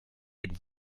avec